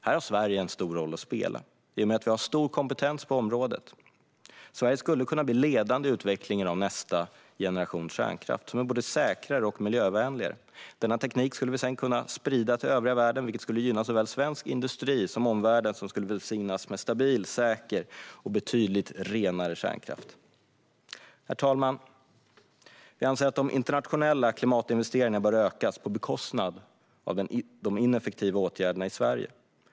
Här har Sverige en stor roll att spela i och med att vi har stor kompetens på området. Sverige skulle kunna bli ledande i utvecklingen av nästa generation kärnkraft, som är både säkrare och miljövänligare. Denna teknik skulle vi sedan kunna sprida till övriga världen, vilket skulle gynna såväl svensk industri som omvärlden, som skulle välsignas med stabil, säker och betydligt renare kärnkraft. Herr talman! Vi anser att de internationella klimatinvesteringarna bör ökas på bekostnad av de ineffektiva åtgärderna i Sverige.